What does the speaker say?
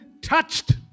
Touched